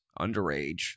underage